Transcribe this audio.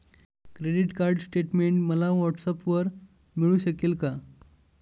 Credit card statement मला व्हॉट्सऍपवर मिळू शकेल का?